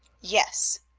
yes.